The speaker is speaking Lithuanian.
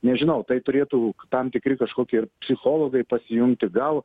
nežinau tai turėtų tam tikri kažkoki ir psichologai pasijungti gal